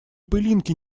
пылинки